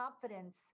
confidence